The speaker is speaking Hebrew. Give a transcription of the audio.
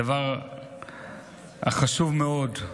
הדבר החשוב מאוד,